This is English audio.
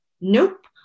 nope